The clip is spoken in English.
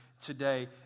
today